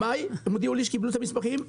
במאי הם הודיעו לי שקיבלו את המסמכים,